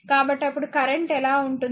కాబట్టి అప్పుడు కరెంట్ ఎలా ఉంటుంది